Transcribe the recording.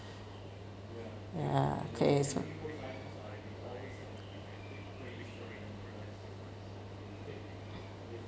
ya K so